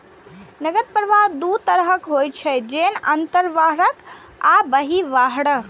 नकद प्रवाह दू तरहक होइ छै, जेना अंतर्वाह आ बहिर्वाह